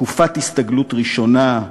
תקופת הסתגלות ראשונה,